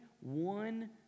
one